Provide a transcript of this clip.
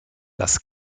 das